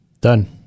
Done